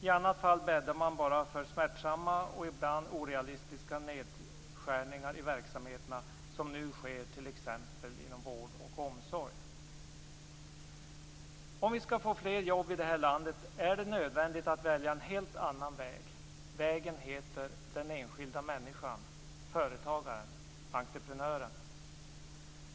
I annat fall bäddar man bara för smärtsamma och ibland orealistiska nedskärningar i verksamheterna, som nu sker t.ex. inom vård och omsorg. Om vi skall få fler jobb i det här landet är det nödvändigt att välja en helt annan väg. Vägen heter den enskilda människan, företagaren, entreprenören.